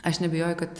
aš neabejoju kad